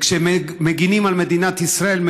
וכשמגינים על מדינת ישראל,